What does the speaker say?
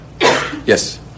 Yes